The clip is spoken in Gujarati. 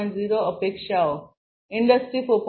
0 અપેક્ષાઓ ઇન્ડસ્ટ્રી 4